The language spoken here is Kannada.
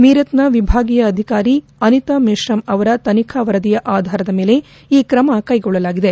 ಮೀರತ್ನ ವಿಭಾಗೀಯ ಅಧಿಕಾರಿ ಅನಿತಾ ಮೇಪ್ರಾಮ್ ಅವರ ತನಿಖಾ ವರದಿಯ ಆಧಾರದ ಮೇಲೆ ಈ ತ್ರಮ ಕ್ಲೆಗೊಳ್ಳಲಾಗಿದೆ